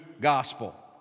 gospel